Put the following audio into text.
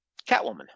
Catwoman